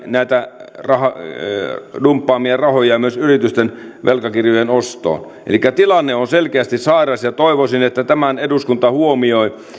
näitä dumppaamiaan rahoja myös yritysten velkakirjojen ostoon elikkä tilanne on selkeästi sairas ja toivoisin että tämän eduskunta huomioi